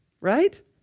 right